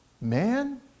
Man